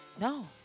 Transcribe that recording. No